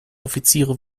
offiziere